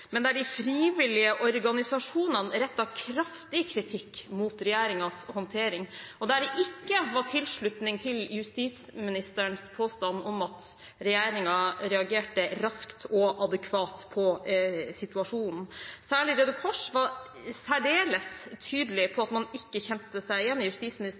de frivillige organisasjonene rettet kraftig kritikk mot regjeringens håndtering. Det var ikke tilslutning til justisministerens påstand om at regjeringen reagerte raskt og adekvat på situasjonen. Særlig var Røde Kors særdeles tydelig på at man ikke kjente seg igjen i